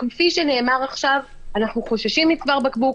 כפי שנאמר עכשיו, שאנחנו חוששים מצוואר בקבוק.